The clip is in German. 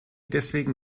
deswegen